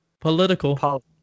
Political